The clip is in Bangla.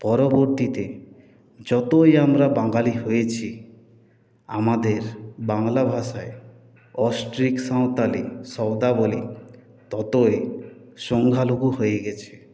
পরবর্তীতে যতই আমরা বাঙালি হয়েছি আমাদের বাংলা ভাষায় অস্ট্রিক সাওঁতালি শব্দাবলী ততই সংখ্যালঘু হয়ে গেছে